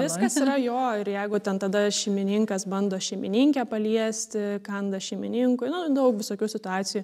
viskas yra jo ir jeigu ten tada šeimininkas bando šeimininkę paliesti kanda šeimininkui nu daug visokių situacijų